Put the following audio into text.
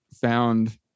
found